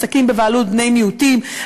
עסקים בבעלות בני מיעוטים,